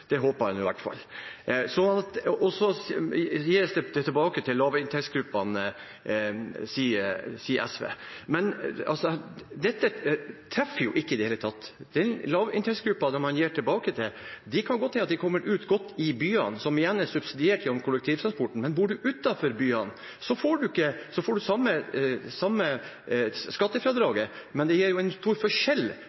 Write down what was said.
Det håper jeg i hvert fall. Det gis tilbake til lavinntektsgruppene, sier SV, men dette treffer jo ikke i det hele tatt. Den lavinntektsgruppen man gir tilbake til, kommer kan hende godt ut i byene, som igjen er subsidiert gjennom kollektivtransporten, men bor man utenfor byene, får